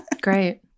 Great